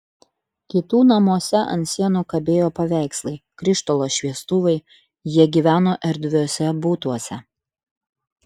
kitų namuose ant sienų kabėjo paveikslai krištolo šviestuvai jie gyveno erdviuose butuose